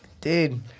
Dude